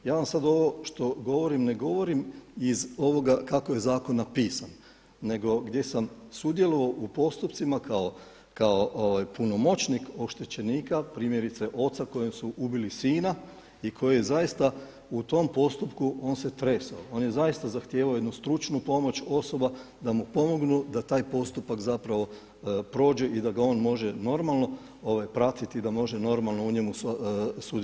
Ja vam sada ovo što govorim ne govorim iz ovoga kako je zakon napisan nego gdje sam sudjelovao u postupcima kao punomoćnik oštećenika primjerice oca kojem su ubili sina i koji je zaista u tom postupku on se tresao, on je zaista zahtijevao jednu stručnu pomoć osoba da mu pomognu da taj postupak prođe i da ga on može normalno pratiti i da može normalno sudjelovati.